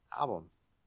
albums